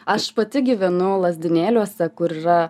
aš pati gyvenau lazdynėliuose kur yra